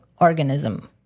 organism